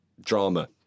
drama